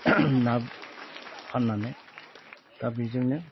ना फान्नानै दा बेजोंनो